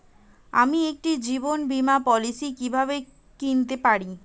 আমি একটি জীবন বীমা পলিসি কিভাবে কিনতে পারি?